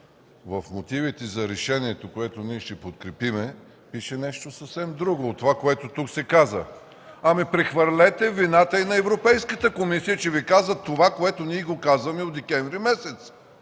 В мотивите за решението, което ние ще подкрепим, пише нещо съвсем друго от това, което се каза тук. Ами прехвърлете вината и на Европейската комисия, че Ви каза това, което ние казваме от декември месец.